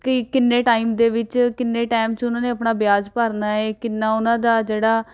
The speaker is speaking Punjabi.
ਕਿ ਕਿੰਨੇ ਟਾਈਮ ਦੇ ਵਿੱਚ ਕਿੰਨੇ ਟਾਈਮ 'ਚ ਉਹਨਾਂ ਨੇ ਆਪਣਾ ਵਿਆਜ ਭਰਨਾ ਹੈ ਕਿੰਨਾ ਉਹਨਾਂ ਦਾ ਜਿਹੜਾ